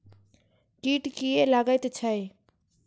कीट किये लगैत छै?